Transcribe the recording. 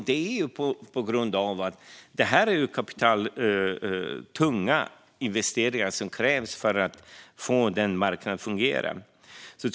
Detta beror på att det krävs kapitaltunga investeringar för att få denna marknad att fungera.